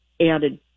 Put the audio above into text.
added